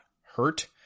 hurt